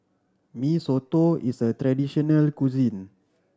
Mee Soto is a traditional cuisine